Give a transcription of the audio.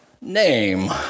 name